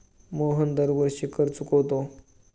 मोहन दरवर्षी कर चुकवतो